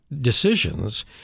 decisions